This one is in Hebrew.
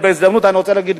בהזדמנות זו אני רוצה להגיד,